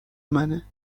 منه